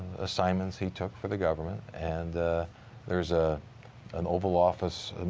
assignments he took for the government, and there is ah an oval office,